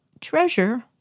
treasure